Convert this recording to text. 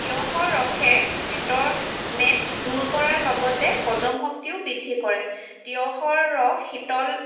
তিঁয়হৰ ৰসে পেটৰ মেদ দূৰ কৰাৰ লগতে হজম শক্তিও বৃদ্ধি কৰে তিঁয়হৰ ৰস শীতল